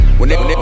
whenever